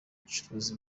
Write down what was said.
gucuruza